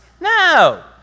No